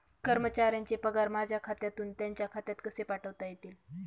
कर्मचाऱ्यांचे पगार माझ्या खात्यातून त्यांच्या खात्यात कसे पाठवता येतील?